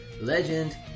Legend